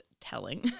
telling